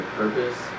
purpose